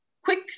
quick